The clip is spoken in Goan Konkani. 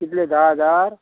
कितले धा हजार